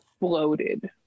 bloated